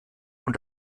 und